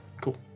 cool